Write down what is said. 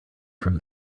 from